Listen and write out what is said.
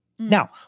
Now